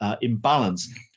imbalance